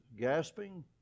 gasping